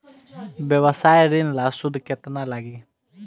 व्यवसाय ऋण ला सूद केतना लागी?